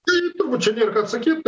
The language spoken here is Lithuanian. tai turbūt čia nėr ką atsakyt